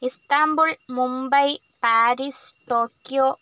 Istanbul Mumbai Paris Tokyo